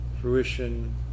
Fruition